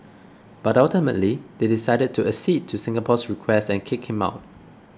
but ultimately they decided to accede to Singapore's request and kick him out